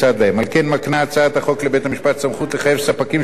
על כן מקנה הצעת החוק לבית-המשפט סמכות לחייב ספקים של שירותי